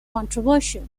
controversial